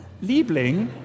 Liebling